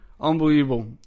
unbelievable